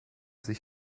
sich